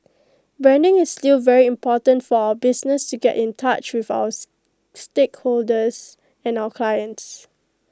branding is still very important for our business to get in touch with our stakeholders and our clients